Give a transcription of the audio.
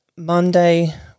Monday